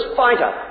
fighter